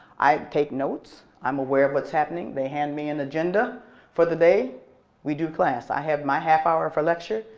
i take notes, i'm aware of what's happening. they hand me an agenda for the day and we do class. i have my half hour for lecture.